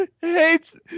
hates